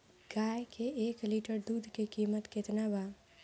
गाय के एक लीटर दूध के कीमत केतना बा?